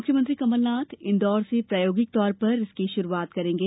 मुख्यमंत्री कमलनाथ इन्दौर से प्रायोगिक तौर पर इसकी षुरुआत करेंगे